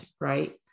right